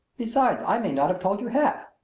besides, i may not have told you half!